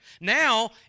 Now